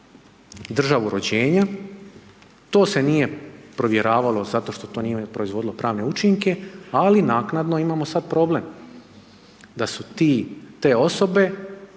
državu rođenja, to se nije provjeravalo zato što to nije proizvodilo pravne učinke ali naknadno imamo sada problem da su te osobe,